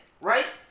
right